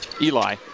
Eli